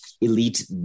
elite